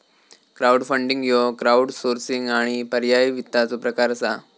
crowdfunding ह्यो crowdsourcing आणि पर्यायी वित्ताचो प्रकार असा